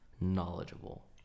knowledgeable